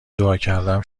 دعاکردم